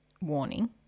warning